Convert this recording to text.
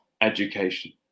education